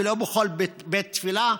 ולא בכל בית תפילה.